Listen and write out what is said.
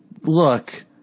Look